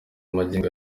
magingo